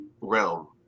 realm